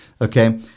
okay